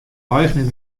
eigener